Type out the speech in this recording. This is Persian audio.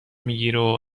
میگیره